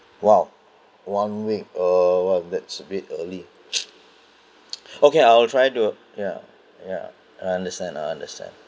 !wow! one week err !wow! that's a bit early okay I'll try to ya ya I understand I understand